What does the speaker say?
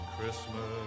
Christmas